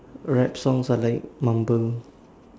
rap songs are like mumble